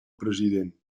president